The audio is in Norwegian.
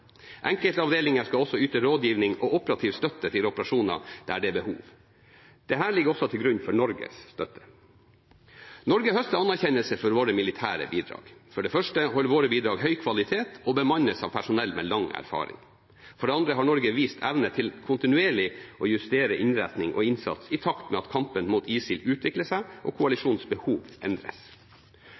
skal også yte rådgivning og operativ støtte til operasjoner der det er behov. Dette ligger også til grunn for Norges støtte. Norge høster anerkjennelse for våre militære bidrag. For det første holder våre bidrag høy kvalitet og bemannes av personell med lang erfaring. For det andre har Norge vist evne til kontinuerlig å justere innretning og innsats i takt med at kampen mot ISIL utvikler seg og koalisjonens behov endres.